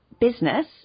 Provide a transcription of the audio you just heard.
business